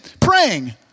praying